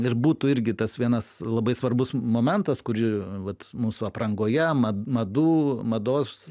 ir būtų irgi tas vienas labai svarbus momentas kur vat mūsų aprangoje mad madų mados